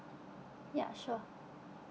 yup sure